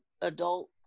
adult